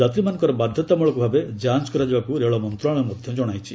ଯାତ୍ରୀମାନଙ୍କର ବାଧ୍ୟତାମ୍ବଳକ ଭାବେ ଯାଞ୍ଚ କରାଯିବାକୁ ରେଳ ମନ୍ତ୍ରଣାଳୟ ମଧ୍ୟ ଜଣାଇଛି